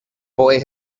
boy